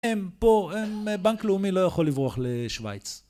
הם פה, בנק לאומי לא יכול לברוח לשוויץ.